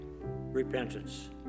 repentance